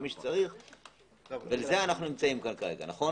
לזה אנו נמצאים כרגע, נכון,